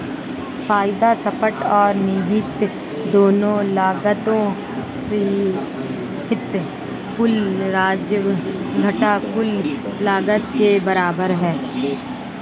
फायदा स्पष्ट और निहित दोनों लागतों सहित कुल राजस्व घटा कुल लागत के बराबर है